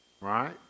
right